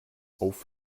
auf